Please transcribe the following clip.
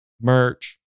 Merch